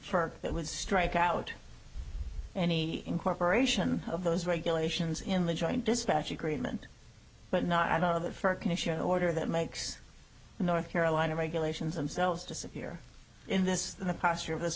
part that would strike out any incorporation of those regulations in the joint dispatch agreement but not i don't know that for can issue an order that makes north carolina regulations themselves disappear in this the posture of this